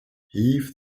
heave